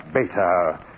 Beta